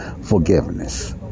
Forgiveness